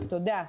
תודה.